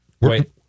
Wait